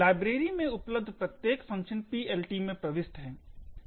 library में उपलब्ध प्रत्येक फंक्शन PLT में प्रविष्ट है